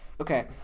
Okay